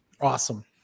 Awesome